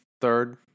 third